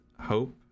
Hope